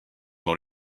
dans